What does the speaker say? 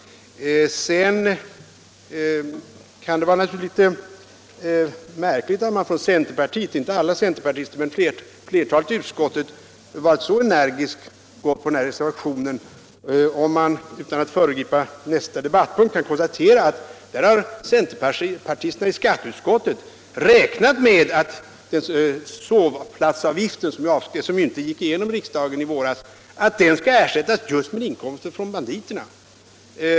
; Sedan kan det naturligtvis tyckas litet märkligt att de flesta centerpartister i utskottet varit så energiska när det gällt den här reservationen. Tittar man på nästa ärende på föredragningslistan kan man konstatera — utan att föregripa debatten — att centerpartisterna i skatteutskottet har räknat med att höjningen av sovplatsavgiften, som inte gick igenom i riksdagen i våras, skall ersättas just med inkomster från banditerna.